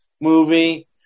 movie